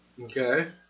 Okay